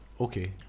Okay